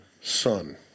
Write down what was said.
son